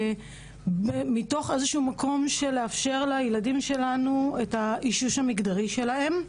מתוך איזה שהוא מקום לאפשר לילדים שלנו את האישוש המגדרי שלהם.